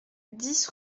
dix